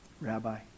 Rabbi